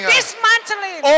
Dismantling